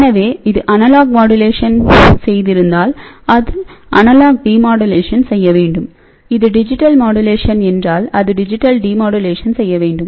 எனவே இது analogue modulation செய்திருந்தால் அது அனலாக் டிமோடூலேஷன் செய்ய வேண்டும்இது டிஜிட்டல் மாடுலேஷன் என்றால் அது டிஜிட்டல் டிமோடூலேஷன் செய்ய வேண்டும்